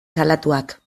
salatuak